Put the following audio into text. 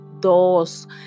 dos